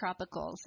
Tropicals